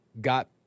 got